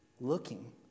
looking